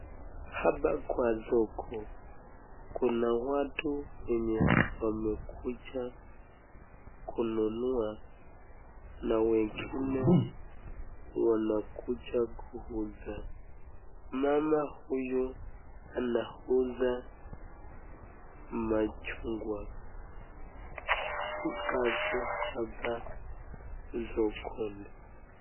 Hapa kwa soko kuna watu wenye wamekuja kununua , na wengine wamekuja kuuza. Mama huyu anauza machungwa zake hapa sokoni.